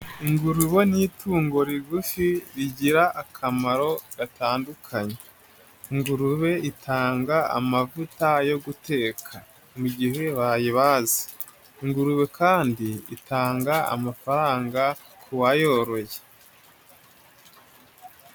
Ingurube ni itungo rigufi rigira akamaro gatandukanye. Ingurube itanga amavuta yo guteka mu gihe bayibaze. Ingurube kandi itanga amafaranga ku wayoroye.